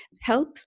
help